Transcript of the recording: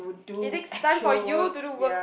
it takes time for you to do work